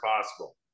possible